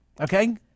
Okay